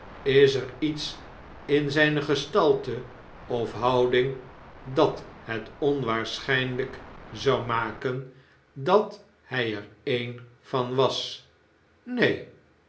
is er iets in zfl'ne gestalte of houding dat het onwaarschgnlijk zou maken dat hij er ee'n van was neen